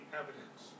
evidence